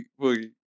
Boogie